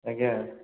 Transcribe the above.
ଆଜ୍ଞା